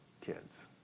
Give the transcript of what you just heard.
kids